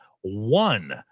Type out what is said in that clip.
one